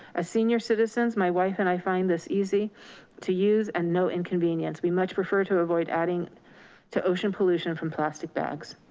as senior citizens, my wife and i find this easy to use and no inconvenience. we much prefer to avoid adding to ocean pollution from plastic bags.